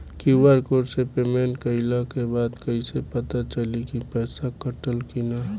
QR code से payment कईला के बाद कईसे पता चली की पैसा कटल की ना?